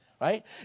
right